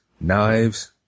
knives